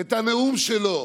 את הנאום שלו